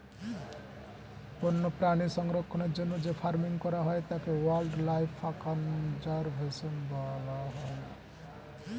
বন্যপ্রাণী সংরক্ষণের জন্য যে ফার্মিং করা হয় তাকে ওয়াইল্ড লাইফ কনজার্ভেশন বলা হয়